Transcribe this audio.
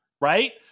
right